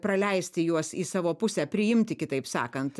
praleisti juos į savo pusę priimti kitaip sakant